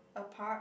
a park